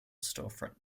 storefront